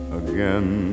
again